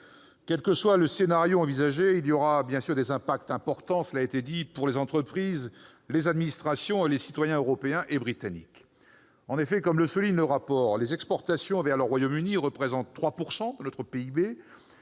quel que soit le scénario envisagé, ce changement aura des impacts importants pour les entreprises, les administrations et les citoyens européens et britanniques. En effet, comme le souligne le rapport, les exportations vers le Royaume-Uni représentent 3 % de notre PIB.